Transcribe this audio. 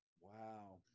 Wow